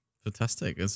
Fantastic